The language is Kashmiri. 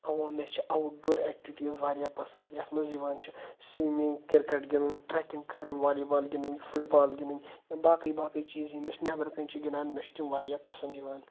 اَوا مےٚ چھِ اوُٹ ڈور ایکٹیویٹیٖز واریاہ پسنٛد یَتھ منٛز یِوان چھُ سومِنگ کِرکَٹ گنٛدُن ٹریکنگ کَرٕنۍ والی بال گنٛدٕنۍ فُٹ بال گنٛدٕنۍ باقی باقی چیٖز یِم أسی نیٚبرٕ کٕنۍ چھِ گنٛدان مےٚ چھِ تِم واریاہ پسنٛد یِوان